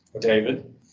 David